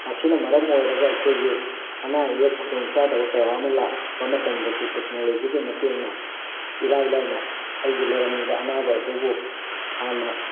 ꯃꯁꯤꯅ ꯃꯔꯝ ꯑꯣꯏꯔꯒ ꯑꯩꯈꯣꯏꯒꯤ ꯑꯅꯥ ꯑꯌꯦꯛ ꯈꯨꯗꯣꯡ ꯆꯥꯗꯕ ꯀꯌꯥ ꯑꯃ ꯂꯥꯛꯄ ꯃꯇꯝꯗꯁꯨ ꯇꯦꯛꯅꯣꯂꯣꯖꯤꯒꯤ ꯃꯇꯦꯡꯅ ꯏꯔꯥꯏ ꯂꯥꯏꯅ ꯑꯩꯒꯤ ꯂꯩꯔꯝꯃꯤꯕ ꯑꯅꯥꯕ ꯑꯗꯨꯕꯨ ꯍꯥꯟꯅ